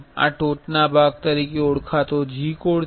આ ટોચના ભાગ તરીકે ઓળખાતો G કોડ છે